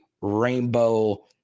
rainbow